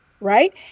right